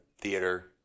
theater